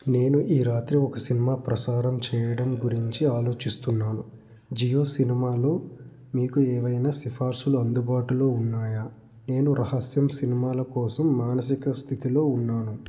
నేను ఈ రాత్రి ఒక సినిమా ప్రసారం చెయ్యడం గురించి ఆలోచిస్తున్నాను జియో సినిమాలో మీకు ఏవైనా సిఫార్సులు అందుబాటులో ఉన్నాయా నేను రహస్యం సినిమాల కోసం మానసిక స్థితిలో ఉన్నాను